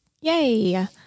Yay